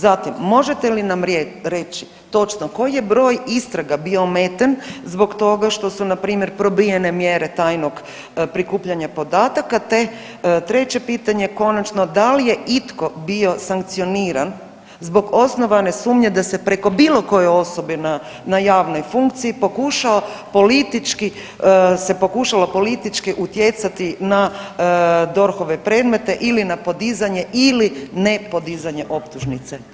Zatim, možete li nam reći točno koji je broj istraga bio ometen zbog toga što su npr. probijene mjere tajnog prikupljanja podataka te, treće pitanje, konačno, da li je itko bio sankcioniran zbog osnovane sumnje da se preko bilo koje osobe na javnoj funkciji pokušao politički, se pokušalo politički utjecati na DORH-ove predmete ili na podizanje ili nepodizanje optužnice.